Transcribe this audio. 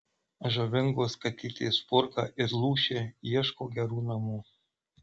žavingos katytės spurga ir lūšė ieško gerų namų